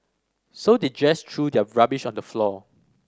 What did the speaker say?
so they just threw their rubbish on the floor